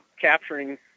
capturing